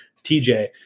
TJ